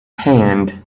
hand